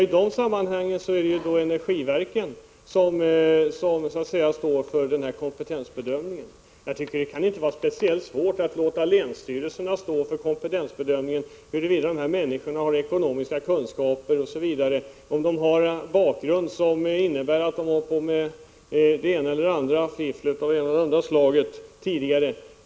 I dessa sammanhang är det energiverken som gör kompetensbedömningen. Det kan inte vara speciellt svårt att låta länsstyrelserna stå för kompetensbedömningen när det gäller om en person har ekonomiska kunskaper osv., om han har en bakgrund som visar att han hållit på med fiffel av det ena eller andra slaget tidigare.